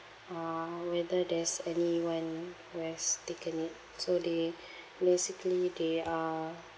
uh whether there's anyone who has taken it so they basically they are